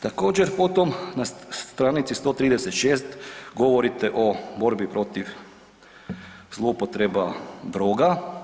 Također potom na stranici 136. govorite o borbi protiv zloupotreba droga.